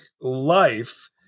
life